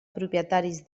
propietaris